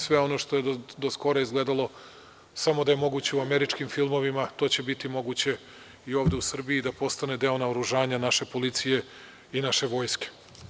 Sve ono što je do skora izgledalo samo da je moguće u američkim filmovima, a to će biti moguće i ovde u Srbiji da postane deo naoružanja naše policije i naše vojske.